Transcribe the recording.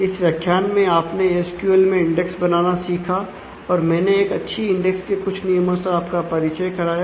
इस व्याख्यान में आपने एसक्यूएल में इंडेक्स बनाना सीखा और मैंने एक अच्छी इंडेक्स के कुछ नियमों से आपका परिचय कराया